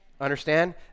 Understand